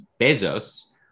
Bezos